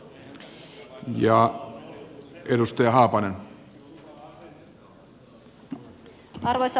arvoisa puhemies